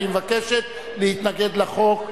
והיא מבקשת להתנגד לחוק,